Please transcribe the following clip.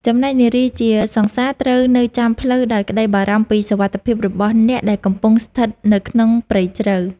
ចំណែកនារីជាសង្សារត្រូវនៅចាំផ្លូវដោយក្តីបារម្ភពីសុវត្ថិភាពរបស់អ្នកដែលកំពុងស្ថិតនៅក្នុងព្រៃជ្រៅ។